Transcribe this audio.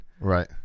right